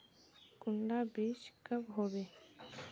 कुंडा बीज कब होबे?